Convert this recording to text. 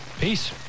Peace